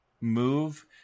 move